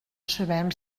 sabem